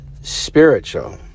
spiritual